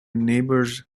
neighbour’s